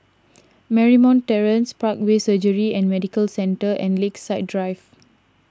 Marymount Terrace Parkway Surgery and Medical Centre and Lakeside Drive